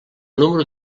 número